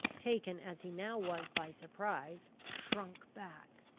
taken as he now was by surprise, shrunk back.